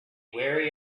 wary